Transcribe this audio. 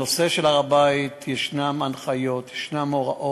הנושא של הר-הבית, יש הנחיות, יש הוראות.